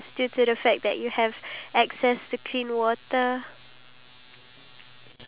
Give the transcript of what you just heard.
maybe that that thing wouldn't be fair to some people but